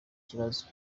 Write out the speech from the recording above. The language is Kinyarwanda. kibazo